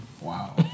Wow